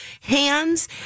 hands